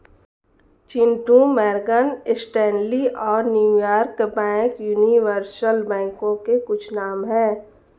Chintu Morgan Stanley और New York bank universal बैंकों के कुछ नाम है